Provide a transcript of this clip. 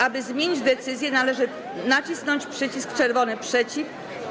Aby zmienić decyzję, należy nacisnąć przycisk czerwony „przeciw”